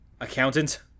accountant